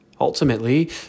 ultimately